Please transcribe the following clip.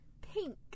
Pink